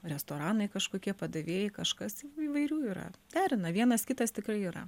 restoranai kažkokie padavėjai kažkas įvairių yra derina vienas kitas tikrai yra